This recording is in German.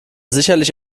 sicherlich